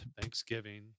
Thanksgiving